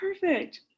perfect